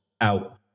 out